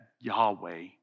Yahweh